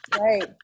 Right